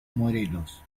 morelos